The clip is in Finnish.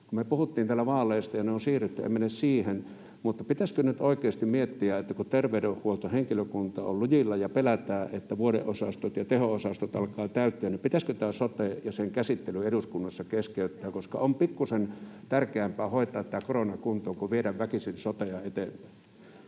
Me puhuttiin täällä vaaleista, ja ne on siirretty. En mene siihen, mutta pitäisikö nyt oikeasti miettiä, kun terveydenhuoltohenkilökunta on lujilla ja pelätään, että vuodeosastot ja teho-osastot alkavat täyttyä, pitäisikö tämä sote ja sen käsittely eduskunnassa keskeyttää, koska on pikkusen tärkeämpää hoitaa korona kuntoon kuin viedä väkisin sotea eteenpäin?